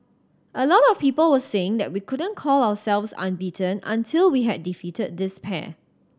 a lot of people were saying that we couldn't call ourselves unbeaten until we had defeated this pair